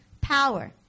power